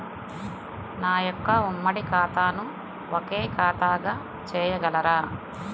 నా యొక్క ఉమ్మడి ఖాతాను ఒకే ఖాతాగా చేయగలరా?